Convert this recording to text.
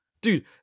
Dude